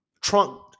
trunk